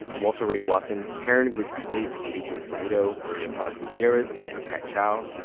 walter ray watson, karen grigsby bates, adrian florido, maria paz gutierrez and kat chow.